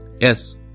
yes